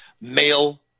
Male